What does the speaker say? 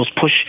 push